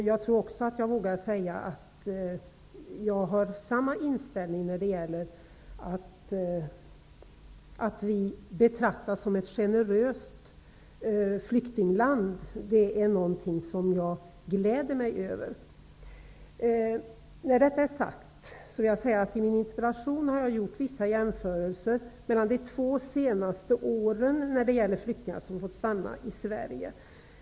Jag tror också att jag vågar säga att jag har samma uppfattning som invandrarministern, att vi betraktas som ett generöst flyktingland. Det är någonting som jag glädjer mig över. När detta är sagt vill jag säga att jag i min interpellation har gjort vissa jämförelser mellan de två senaste åren när det gäller antalet flyktingar som har fått stanna i Sverige.